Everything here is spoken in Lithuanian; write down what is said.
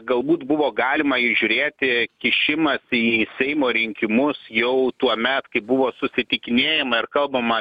galbūt buvo galima įžiūrėti kišimąsi į seimo rinkimus jau tuomet kai buvo susitikinėjama ir kalbama